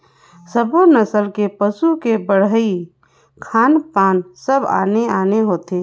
सब्बो नसल के पसू के बड़हई, खान पान सब आने आने होथे